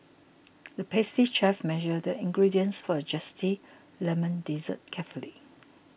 the pastry chef measured the ingredients for a Zesty Lemon Dessert carefully